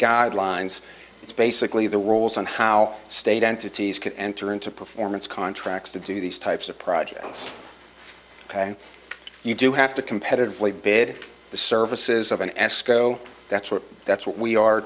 guidelines it's basically the rules on how state entities can enter into performance contracts to do these types of projects and you do have to competitively bid the services of an escrow that's what that's what we are